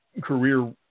career